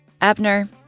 abner